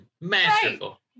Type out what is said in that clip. Masterful